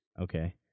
Okay